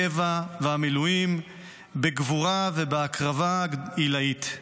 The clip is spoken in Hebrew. הקבע והמילואים בגבורה ובהקרבה עילאית.